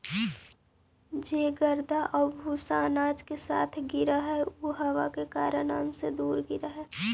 जे गर्दा आउ भूसा अनाज के साथ गिरऽ हइ उ हवा के कारण अन्न से दूर गिरऽ हइ